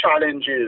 challenges